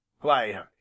Why